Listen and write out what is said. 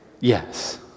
yes